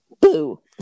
Boo